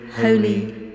holy